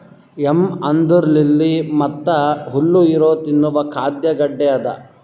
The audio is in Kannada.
ಯಂ ಅಂದುರ್ ಲಿಲ್ಲಿ ಮತ್ತ ಹುಲ್ಲು ಇರೊ ತಿನ್ನುವ ಖಾದ್ಯ ಗಡ್ಡೆ ಅದಾ